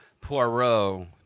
Poirot